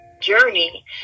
journey